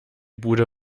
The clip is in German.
bude